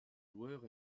joueurs